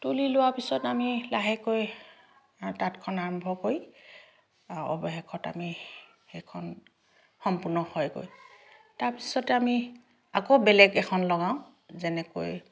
তুলি লোৱা পিছত আমি লাহেকৈ তাঁতখন আৰম্ভ কৰি অৱশেষত আমি সেইখন সম্পূৰ্ণ হয়গৈ তাৰ পিছতে আমি আকৌ বেলেগ এখন লগাওঁ যেনেকৈ